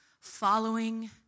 following